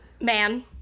man